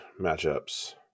matchups